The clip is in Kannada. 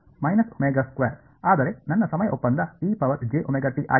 ಆದರೆ ನನ್ನ ಸಮಯ ಒಪ್ಪಂದ ಆಗಿತ್ತು